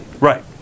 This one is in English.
Right